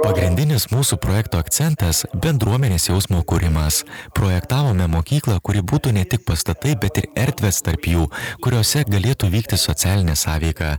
pagrindinis mūsų projekto akcentas bendruomenės jausmo kūrimas projektavome mokyklą kuri būtų ne tik pastatai bet ir erdvės tarp jų kuriose galėtų vykti socialinė sąveika